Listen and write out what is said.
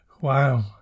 Wow